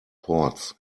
ports